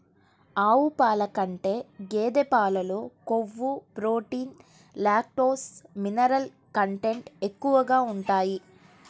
ఆవు పాల కంటే గేదె పాలలో కొవ్వు, ప్రోటీన్, లాక్టోస్, మినరల్ కంటెంట్ ఎక్కువగా ఉంటాయి